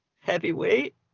heavyweight